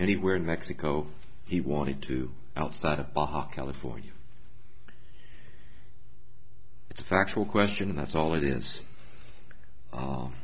anywhere in mexico he wanted to outside of baja california it's a factual question that's all it is